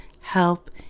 help